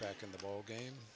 back in the ball game